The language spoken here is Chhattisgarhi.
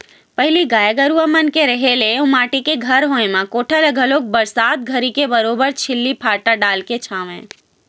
पहिली गाय गरुवा मन के रेहे ले अउ माटी के घर होय म कोठा ल घलोक बरसात घरी के बरोबर छिल्ली फाटा डालके छावय